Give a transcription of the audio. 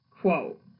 quote